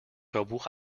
hörbuch